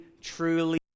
truly